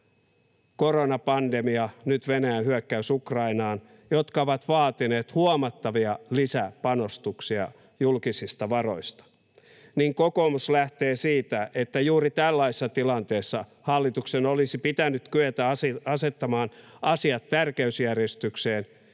koronapandemia ja nyt Venäjän hyökkäys Ukrainaan, jotka ovat vaatineet huomattavia lisäpanostuksia julkisista varoista, niin kokoomus lähtee siitä, että juuri tällaisessa tilanteessa hallituksen olisi pitänyt kyetä asettamaan asiat tärkeysjärjestykseen